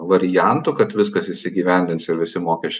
variantu kad viskas įsigyvendins ir visi mokesčiai